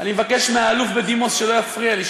אני מבקש מהאלוף בדימוס שלא יפריע לי,